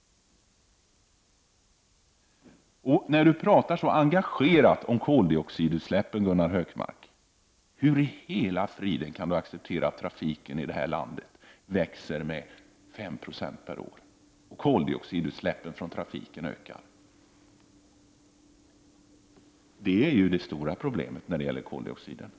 När han talar så engagerat om koldioxidutsläppen, hur i hela fridens namn kan han då acceptera att trafiken i det här landet ökar med 5 90 per år och att koldioxidutsläppen från trafiken därmed också ökar? Trafiken är ju det stora problemet när det gäller koldioxidutsläppen.